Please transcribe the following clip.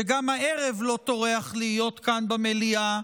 שגם הערב לא טורח להיות כאן במליאה,